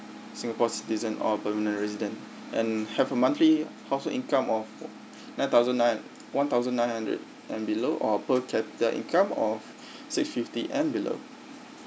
singapore citizen or permanent resident and have a monthly household income of nine thousand nine one thousand nine hundred and below or per capita income of six fifty and below